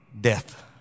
death